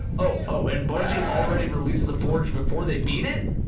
oh and bungie already released the forge before they beat it?